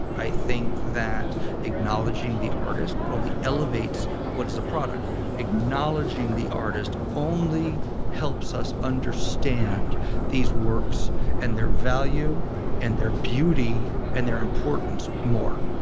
i think that acknowledging the artist, only elevates what is a product acknowledging the artist only helps us understand these works and their value and their beauty and their importance more